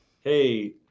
Hey